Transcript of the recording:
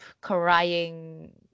crying